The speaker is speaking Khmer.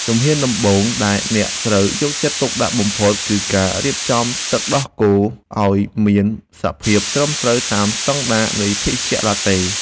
ជំហានដំបូងដែលអ្នកត្រូវយកចិត្តទុកដាក់បំផុត គឺការរៀបចំទឹកដោះគោឱ្យមានសភាពត្រឹមត្រូវតាមស្ដង់ដារនៃភេសជ្ជៈឡាតេ។